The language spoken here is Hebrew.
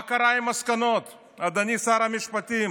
מה קרה עם המסקנות, אדוני שר המשפטים?